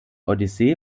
odyssee